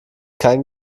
kein